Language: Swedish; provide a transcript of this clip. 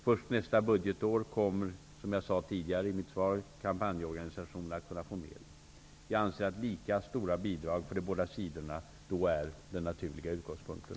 Först nästa budgetår kommer, som jag sade tidigare i mitt svar, kampanjorganisationerna att kunna få medel. Jag anser att lika stora bidrag för de båda sidorna då är den naturliga utgångspunkten.